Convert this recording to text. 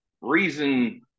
reason